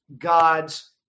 God's